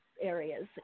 areas